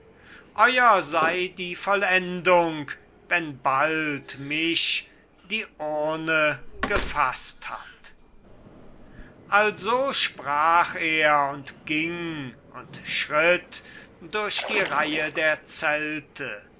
euer sei die vollendung wenn bald mich die urne gefaßt hat also sprach er und ging und schritt durch die reihe der zelte